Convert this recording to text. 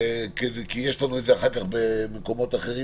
כי יש לנו את זה אחר כך במקומות אחרים